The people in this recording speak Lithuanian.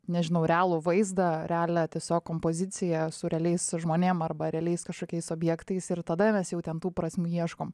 nežinau realų vaizdą realią tiesiog kompoziciją su realiais žmonėm arba realiais kažkokiais objektais ir tada mes jau ten tų prasmių ieškom